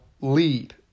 lead